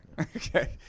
Okay